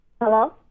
Hello